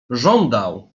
żądał